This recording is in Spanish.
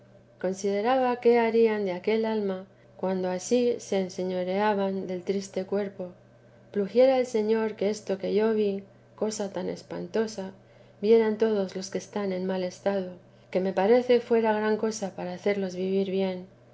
consideraba qué harían de aquel alma cuando ansí se enseñoreaban del triste cuerpo pluguiera al señor que esto que yo vi cosa tan espantosa vieran todos los que están en mal estado que me parece fuera gran cosa para hacerlos vivir bien